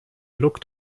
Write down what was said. looked